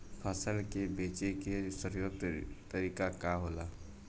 फसल के बेचे के सर्वोत्तम तरीका का होला?